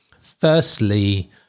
Firstly